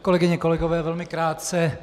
Kolegyně, kolegové, velmi krátce.